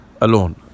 alone